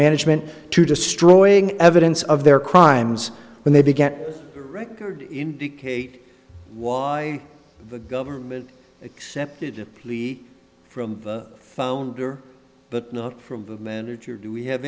management to destroying evidence of their crimes when they began to record indicate why the government accepted lead from founder but not from the manager do we have